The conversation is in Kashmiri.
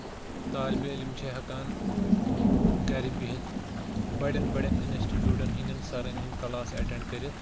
طالبہِ علِم چھِ ہیٚکان گرِ بِہتھ بَڑین بَڑین اِنسٹِچُوٹن ہِنٛدین سرن ہِندۍ کَلاس ایٚٹینڈ کٔرِتھ